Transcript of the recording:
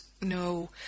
no